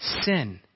sin